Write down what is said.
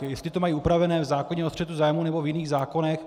Jestli to mají upravené v zákoně o střetu zájmů, nebo v jiných zákonech...